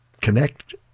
connect